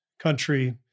country